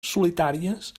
solitàries